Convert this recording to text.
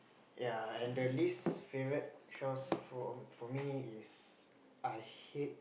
ya and the least favorite chores for for me is I hate